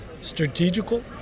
strategical